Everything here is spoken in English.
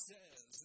Says